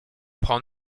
prend